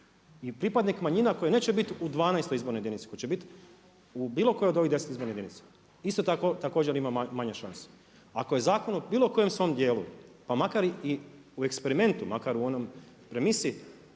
I pripadnik manjina koji neće biti u 12. izbornoj jedinici, koji će biti u bilo kojoj od ovih 10 izbornih jedinica. Isto također ima manje šanse. Ako je zakon u bilo kojem svom dijelu pa makar i u eksperimentu, makar u onoj premisi